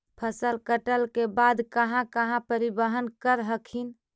फसल कटल के बाद कहा कहा परिबहन कर हखिन?